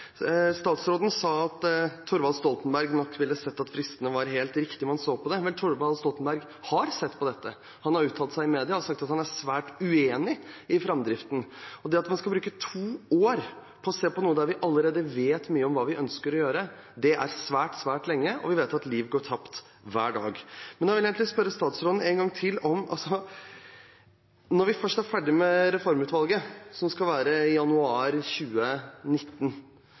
Statsråden sa at Thorvald Stoltenberg nok ville ha sett at fristene var helt riktige om han så på dem. Vel, Thorvald Stoltenberg har sett på dette. Han har uttalt seg i mediene og sagt at han er svært uenig i framdriften. Man skal bruke to år på å se på noe av det vi allerede vet mye om med tanke på hva vi ønsker å gjøre. Det er svært, svært lenge, og vi vet at liv går tapt hver dag. Da vil jeg egentlig spørre statsråden en gang til. Når vi først er ferdig med reformutvalget, noe vi vil være i januar 2019,